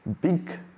Big